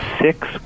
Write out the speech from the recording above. six